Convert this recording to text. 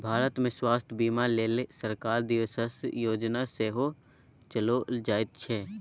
भारतमे स्वास्थ्य बीमाक लेल सरकार दिससँ योजना सेहो चलाओल जाइत छै